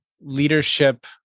leadership